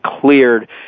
cleared